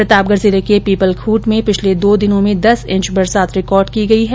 प्रतापगढ जिले के पीपलखूंट में पिछले दो दिनों में दस इंच बरसात रिकॉर्ड की गई हैं